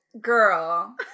Girl